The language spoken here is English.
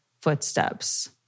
footsteps